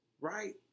right